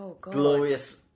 glorious